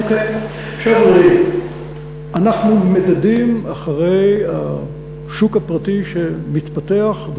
אנחנו מדדים אחרי השוק הפרטי שמתפתח,